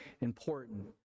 important